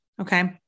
Okay